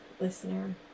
listener